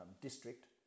district